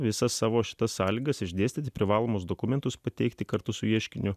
visą savo šitas sąlygas išdėstyti privalomus dokumentus pateikti kartu su ieškiniu